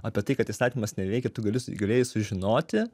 apie tai kad įstatymas neveikia tu galis tu galėjai sužinoti